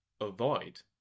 avoid